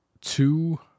Two